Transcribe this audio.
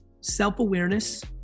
Self-awareness